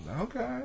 Okay